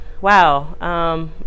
wow